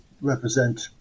represent